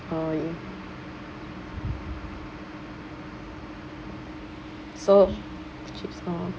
oh so chips all